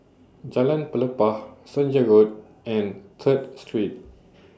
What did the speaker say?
Jalan Pelepah Senja Road and Third Street